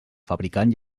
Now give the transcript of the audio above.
fabricant